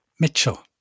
Mitchell